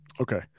Okay